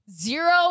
zero